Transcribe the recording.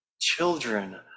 children